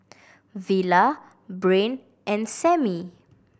Villa Brain and Samie